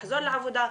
לחזור לעבודה,